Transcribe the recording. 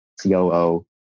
COO